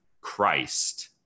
Christ